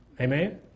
Amen